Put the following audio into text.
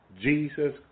Jesus